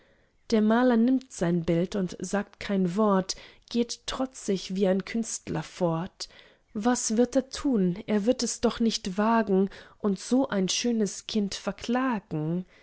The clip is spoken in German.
der maler nimmt sein bild und sagt kein einzig wort geht trotzig wie ein künstler fort was wird er tun er wird es doch nicht wagen und so ein schönes kind verklagen